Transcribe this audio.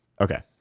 Okay